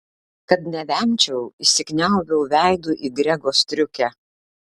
kad nevemčiau įsikniaubiau veidu į grego striukę